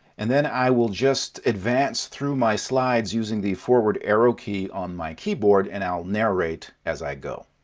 and then i will just advance through my slides using the forward arrow key on my keyboard, and i'll narrate as i go.